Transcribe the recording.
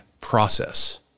process